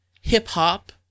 hip-hop